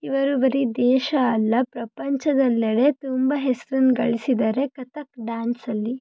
ಇವರು ಬರೀ ದೇಶ ಅಲ್ಲ ಪ್ರಪಂಚದೆಲ್ಲೆಡೆ ತುಂಬ ಹೆಸ್ರನ್ನ ಗಳ್ಸಿದ್ದಾರೆ ಕಥಕ್ ಡ್ಯಾನ್ಸಲ್ಲಿ